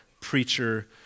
preacher